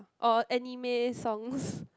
or any may songs